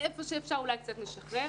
היכן שאפשר, אולי קצת נשחרר.